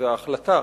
וההחלטה